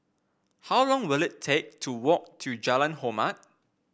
how long will it take to walk to Jalan Hormat